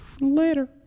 later